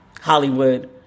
Hollywood